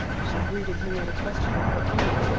she greeted him with a question of her own.